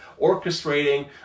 orchestrating